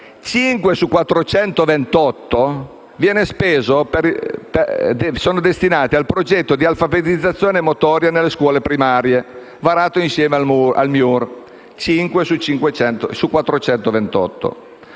milioni) sono destinati al «progetto di alfabetizzazione motoria» nelle scuole primarie, varato insieme al MIUR.